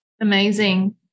Amazing